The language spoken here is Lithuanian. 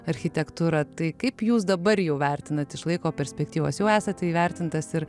architektūra tai kaip jūs dabar jau vertinat išlaiko perspektyvas jau esate įvertintas ir